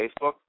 Facebook